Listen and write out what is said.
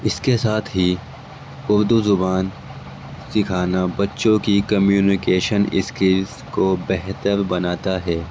اس کے ساتھ ہی اردو زبان سکھانا بچوں کی کمیونیکیشن اسکیلس کو بہتر بناتا ہے